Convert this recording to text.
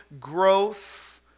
growth